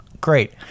Great